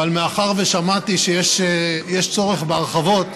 אבל מאחר ששמעתי שיש צורך בהרחבות,